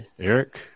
Eric